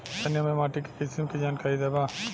तनि हमें माटी के किसीम के जानकारी देबा?